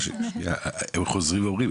הם חוזרים ואומרים,